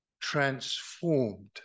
transformed